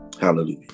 Hallelujah